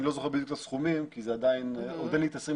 אני לא זוכר בדיוק את הסכומים כי עוד אין לי את 2020